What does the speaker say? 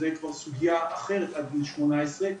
זו כבר סוגיה אחרת עד גיל שמונה עשרה,